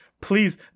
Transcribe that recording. Please